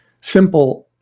simple